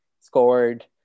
scored